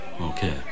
Okay